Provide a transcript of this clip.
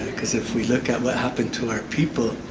cause if we look at what happened to our people,